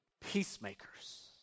peacemakers